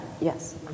Yes